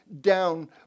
down